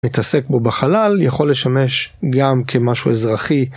מתעסק בו בחלל יכול לשמש גם כמשהו אזרחי.